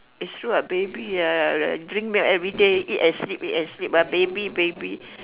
it's true what baby ah drink milk everyday eat and sleep eat and sleep ah baby baby